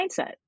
mindset